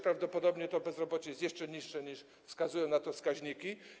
Prawdopodobnie to bezrobocie jest jeszcze niższe, niż wskazują na to wskaźniki.